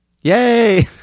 Yay